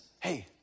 Hey